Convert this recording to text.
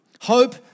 hope